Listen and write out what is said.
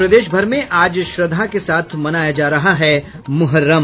और प्रदेश भर में आज श्रद्धा के साथ मनाया जा रहा है मुहर्रम